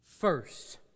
First